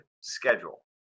schedule